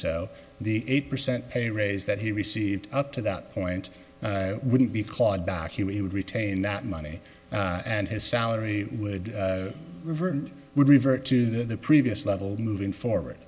so the eight percent pay raise that he received up to that point wouldn't be clawed back he would retain that money and his salary would revert would revert to the previous level moving forward